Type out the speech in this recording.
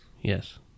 Yes